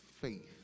faith